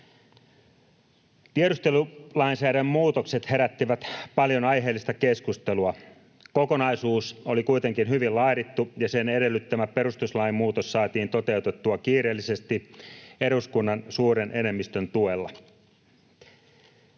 Tiedustelulainsäädännön muutokset herättivät paljon aiheellista keskustelua. Kokonaisuus oli kuitenkin hyvin laadittu, ja sen edellyttämä perustuslain muutos saatiin toteutettua kiireellisesti eduskunnan suuren enemmistön tuella.